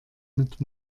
mit